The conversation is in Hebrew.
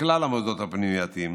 לכלל המוסדות הפנימייתיים